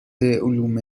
علوم